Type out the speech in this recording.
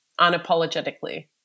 unapologetically